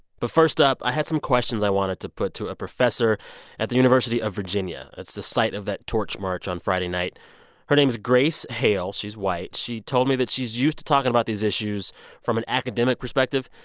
but first up, i had some questions i wanted to put to a professor at the university of virginia. that's the site of that torch march on friday night her name's grace hale. she's white. she told me that she's used to talking about these issues from an academic perspective.